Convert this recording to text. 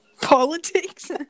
politics